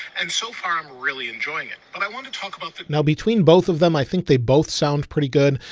and so far i'm really enjoying it, but i want to talk about that. no, between both of them. i think they both sound pretty good.